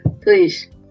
Please